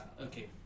Okay